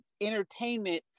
entertainment